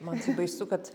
man tai baisu kad